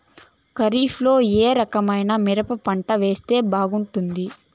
ఖరీఫ్ లో ఏ రకము మిరప పంట వేస్తే బాగుంటుంది